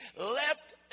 left